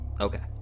Okay